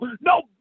no